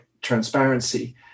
transparency